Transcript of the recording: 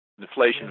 inflation